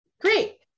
great